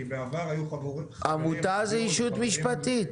כי בעבר היו חברים --- עמותה זה ישות משפטית,